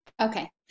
Okay